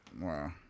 Wow